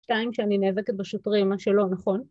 שתיים שאני נאבקת בשוטרים, מה שלא נכון.